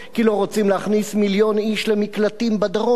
כי לא רוצים להכניס מיליון איש למקלטים בדרום.